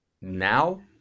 now